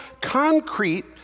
concrete